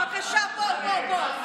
בבקשה, בואי, בואי.